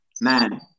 man